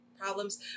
problems